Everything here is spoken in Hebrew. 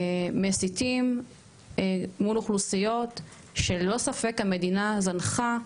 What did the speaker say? מסיתים מול אוכלוסיות שלא ספק שהמדינה זנחה,